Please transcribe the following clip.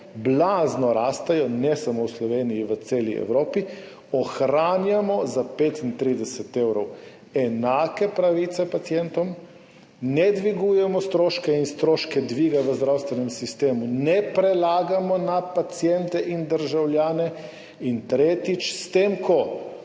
blazno rastejo, ne samo v Sloveniji, v celi Evropi, ohranjamo za 35 evrov enake pravice pacientov, ne dvigujemo stroškov in stroške dviga v zdravstvenem sistemu ne prelagamo na paciente in državljane. In tretjič, s tem, ko